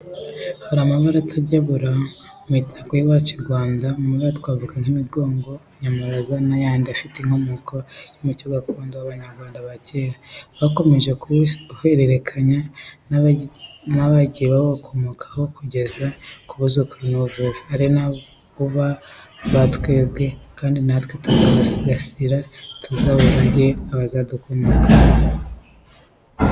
Hari amabara atajya abura mu mitako y'iwacu i Rwanda, muri ayo twavuga imigongo, nyamuraza n'ayandi afite inkomoko mu muco gakondo w'Abanyarwanda ba kera, bakomeje kuwuhererekanya n'abagiye babakomokaho, kugeza ku buzukuruza n'ubuvivi, ari bo ba twebwe, kandi natwe tuzawusigasira tuzawurage abazadukomokaho.